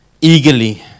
eagerly